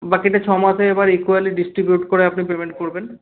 বাকিটা ছয় মাসের এবার ইকুয়ালি ডিস্ট্রিবিউট করে আপনি পেমেন্ট করবেন